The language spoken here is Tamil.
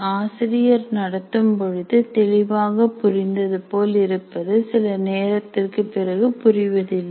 ஆசிரியர் நடத்தும் பொழுது தெளிவாக புரிந்தது போல் இருப்பது சில நேரத்திற்கு பிறகு புரிவதில்லை